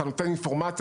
שאתה נותן אינפורמציה,